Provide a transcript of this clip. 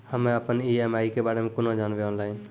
हम्मे अपन ई.एम.आई के बारे मे कूना जानबै, ऑनलाइन?